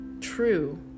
true